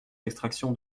d’extraction